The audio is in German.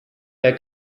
der